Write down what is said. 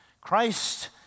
Christ